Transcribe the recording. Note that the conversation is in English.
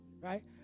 Right